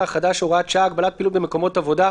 החדש (הוראת שעה) (הגבלת פעילות במקומות עבודה)